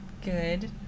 Good